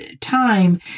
time